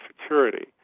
security